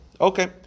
Okay